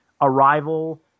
Arrival